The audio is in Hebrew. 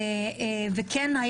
וכן,